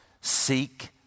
Seek